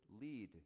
lead